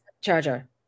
charger